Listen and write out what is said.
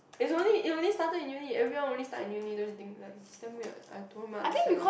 is only it only started in uni everyone only start in uni don't you think like it's damn weird I don't even understand why